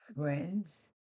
friends